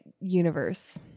universe